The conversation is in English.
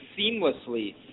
seamlessly